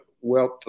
wealth